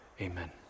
Amen